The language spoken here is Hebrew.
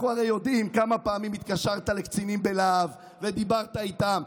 אנחנו הרי יודעים כמה פעמים התקשרת לקצינים בלהב ודיברת איתם,